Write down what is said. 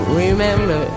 remember